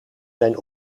zijn